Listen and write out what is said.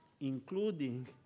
including